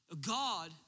God